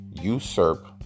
usurp